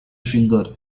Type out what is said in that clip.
finger